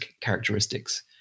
characteristics